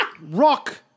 rock